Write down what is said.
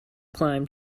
climb